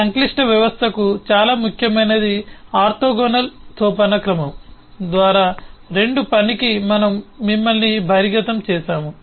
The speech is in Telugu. సంక్లిష్ట వ్యవస్థకు చాలా ముఖ్యమైన ఆర్తోగోనల్ సోపానక్రమం ద్వారా 2 పనికి మనము మిమ్మల్ని బహిర్గతం చేసాము